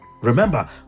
Remember